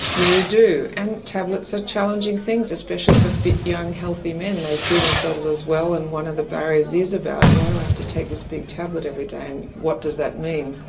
yeah you do, and tablets are challenging things, especially for fit, young, healthy men. they see themselves as well, and one of the barriers is about why do i have to take this big tablet every day what does that mean.